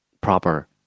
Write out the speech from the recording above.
proper